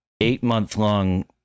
eight-month-long